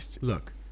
Look